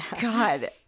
god